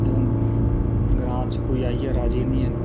ते ग्रां च कोई आइयै राजी नीं ऐ